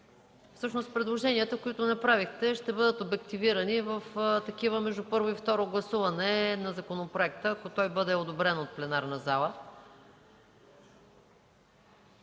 Всъщност предложенията, които направихте, ще бъдат обективирани в такива между първо и второ гласуване на законопроекта, ако той бъде одобрен от пленарната зала.